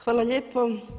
Hvala lijepo.